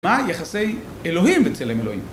מה יחסי אלוהים בצלם אלוהים?